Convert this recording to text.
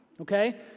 Okay